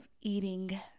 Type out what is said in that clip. eating